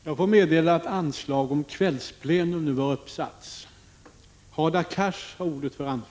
Jag får meddela att anslag om kvällsplenum nu satts upp.